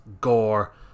gore